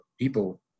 people